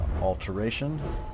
Alteration